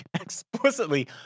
explicitly